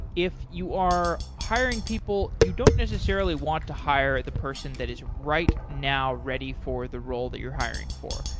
if you are hiring people, you don't necessarily want to hire the person that is right now ready for the role that you're hiring for.